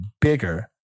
bigger